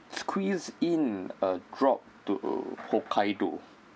squeeze in a drop to hokkaido